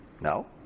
No